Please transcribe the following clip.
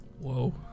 whoa